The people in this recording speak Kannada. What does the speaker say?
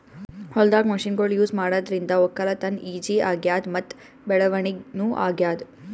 ಹೊಲ್ದಾಗ್ ಮಷಿನ್ಗೊಳ್ ಯೂಸ್ ಮಾಡಾದ್ರಿಂದ ವಕ್ಕಲತನ್ ಈಜಿ ಆಗ್ಯಾದ್ ಮತ್ತ್ ಬೆಳವಣಿಗ್ ನೂ ಆಗ್ಯಾದ್